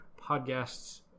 podcasts